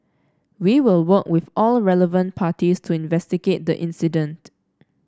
we will work with all relevant parties to investigate the incident